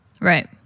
right